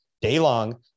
day-long